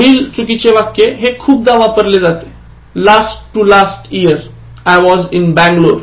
पुढील चुकीचे वाक्य हे खूपदा वापरले जाते Last to last year I was in Bangalore